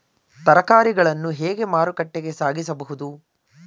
ತರಕಾರಿಗಳನ್ನು ಹೇಗೆ ಮಾರುಕಟ್ಟೆಗೆ ಸಾಗಿಸಬಹುದು?